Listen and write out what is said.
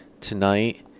tonight